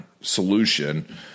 solution